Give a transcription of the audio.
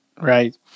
right